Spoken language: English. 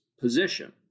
position